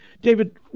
David